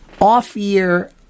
off-year